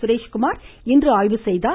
சுரேஷ்குமார் இன்று ஆய்வு செய்தார்